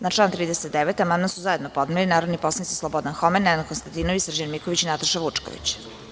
Na član 39. amandman su zajedno podneli narodni poslanici Slobodan Homen, Nenad Konstantinović, Srđan Miković i Nataša Vučković.